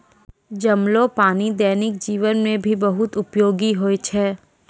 जमलो पानी दैनिक जीवन मे भी बहुत उपयोगि होय छै